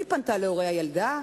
היא פנתה אל הורי הילדה,